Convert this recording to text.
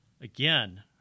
Again